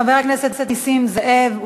חבר הכנסת נסים זאב,